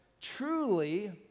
truly